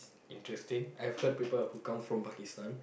interesting I've heard people who come from Pakistan